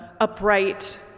upright